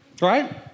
right